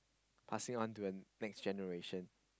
passing on to a next generation